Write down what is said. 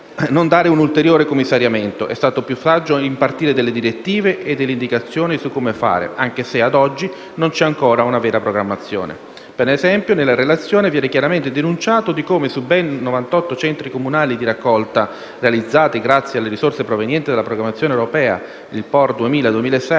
non dare un ulteriore commissariamento. È stato più saggio impartire delle direttive e delle indicazioni, anche se, ad oggi, non c'è ancora una vera programmazione. Ad esempio, nella relazione viene chiaramente denunciato come, su ben novantotto centri comunali di raccolta, realizzati alla data del 2010 grazie alle risorse provenienti dalla programmazione europea (POR 2000-2006),